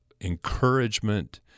encouragement